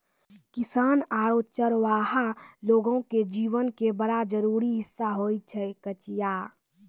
किसान आरो चरवाहा लोगो के जीवन के बड़ा जरूरी हिस्सा होय छै कचिया